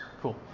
Cool